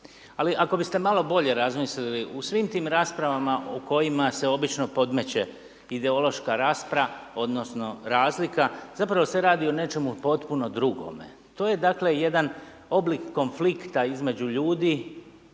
Ali ako bi ste malo bolje razmislili, u svim tim raspravama u kojima se obično podmeće ideološka rasprava odnosno razlika, zapravo se radi o nečemu potpuno drugome. To je dakle jedan oblik konflikta između ljudi